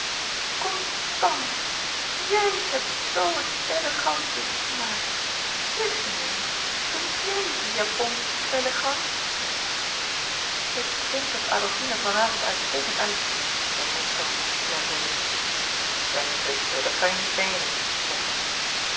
i j hebt zoo een èllegante smaak zèg nu eens vindt j i j die japon èllegant ik vind dat adolfine er van avond uitstekend uitziet zei constance nerveus zeg zusje dat kan je niet meenen zei